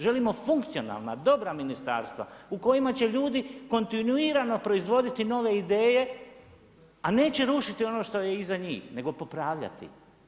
Želimo funkcionalna, dobra ministarstva u kojim će ljudi kontinuirano proizvoditi nove ideje a neće rušiti ono što je iza njih, nego popravljati.